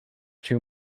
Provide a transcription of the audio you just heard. two